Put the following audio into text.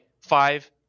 five